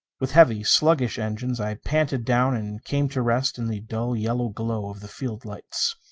with heavy, sluggish engines i panted down and came to rest in the dull yellow glow of the field lights.